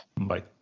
Bye